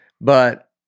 but-